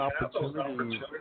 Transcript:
opportunities